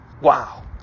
Wow